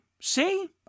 see